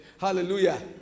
Hallelujah